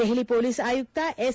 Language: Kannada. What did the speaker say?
ದೆಹಲಿ ಪೊಲೀಸ್ ಆಯುಕ್ತ ಎಸ್